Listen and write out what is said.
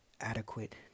adequate